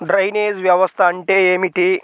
Drainage వ్యవస్థ అంటే ఏమిటి?